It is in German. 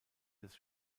des